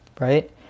right